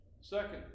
Second